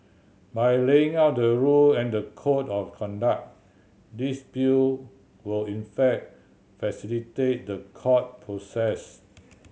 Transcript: by laying out the rule and the code of conduct this Bill will in fact facilitate the court process